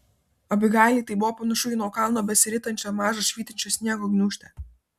abigailei tai buvo panašu į nuo kalno besiritančią mažą švytinčią sniego gniūžtę